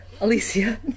Alicia